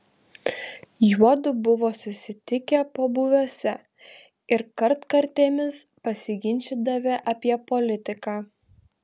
juodu buvo susitikę pobūviuose ir kartkartėmis pasiginčydavę apie politiką